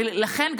ולכן,